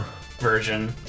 version